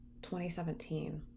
2017